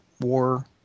war